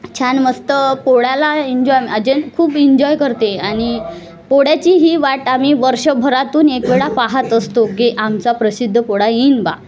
छान मस्त पोळ्याला एन्जॉय अजून खूप इन्जॉय करते आणि पोळ्याचीही वाट आम्ही वर्षभरातून एक वेळा पाहात असतो गे आमचा प्रसिद्ध पोळा येईल बा